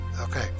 Okay